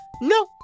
No